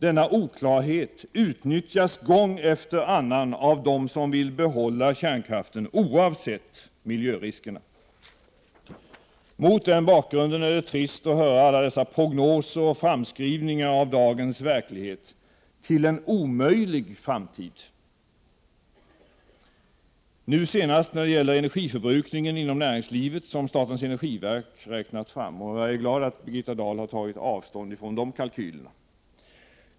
Denna oklarhet utnyttjas gång efter annan av dem som vill behålla kärnkraften, oavsett miljöriskerna. Mot den bakgrunden är det trist att höra alla dessa prognoser och framskrivningar av dagens verklighet till en omöjlig framtid — nu senast när det gäller energiförbrukningen inom näringslivet, som statens energiverk har räknat fram. Jag är glad att Birgitta Dahl har tagit avstånd från de kalkylerna.